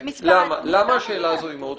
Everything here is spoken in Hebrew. למה השאלה הזו מאוד חשובה?